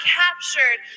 captured